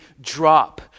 drop